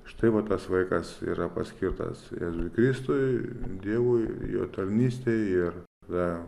štai va tas vaikas yra paskirtas jėzui kristui dievui jo tarnystei ir ta